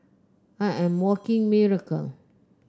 I am a walking miracle